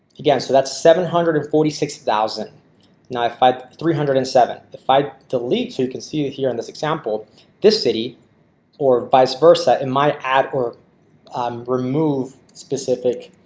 again. so that's seven hundred and forty six thousand now if i three hundred and seven if i delete you can see that here in this example this city or vice versa, it might add or remove specific